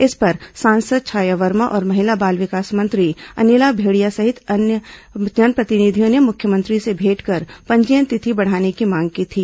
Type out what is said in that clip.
इस पर सांसद छाया वर्मा और महिला बाल विकास मंत्री अनिला भेंड़िया सहित कई अन्य जनप्रतिनिधयों ने मुख्यमंत्री से भेंट कर पंजीयन तिथि बढ़ाने की मांग की थी